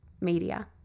media